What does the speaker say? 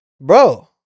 bro